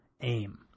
aim